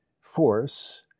force